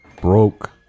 Broke